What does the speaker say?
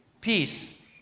Peace